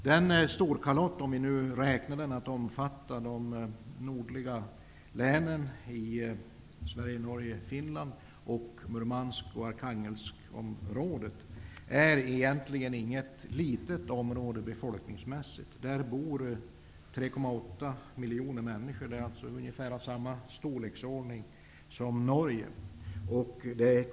Vi räknar med att Storkalotten omfattar de nordliga länen i Sverige, Norge, Finland samt Murmansk och Arkhangelskområdet. Det är egentligen inte ett litet område befolkningsmässigt. Där bor 3,8 miljoner människor, och det är ungefär i samma storleksordning som Norge.